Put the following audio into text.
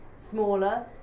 smaller